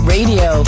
Radio